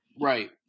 right